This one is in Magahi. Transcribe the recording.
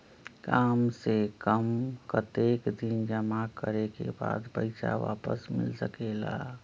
काम से कम कतेक दिन जमा करें के बाद पैसा वापस मिल सकेला?